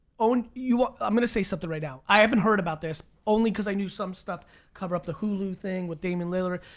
own, ah i'm gonna say something right now. i haven't heard about this only cause i knew some stuff cover up the hulu thing with damian lillard.